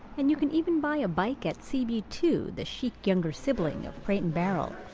and you can even buy a bike at c b two, the chic younger sibling of crate and barrel.